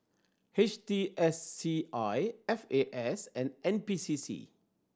H T S C I F A S and N P C C